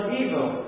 evil